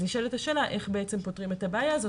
נשאלת השאלה איך פותרים את הבעיה הזו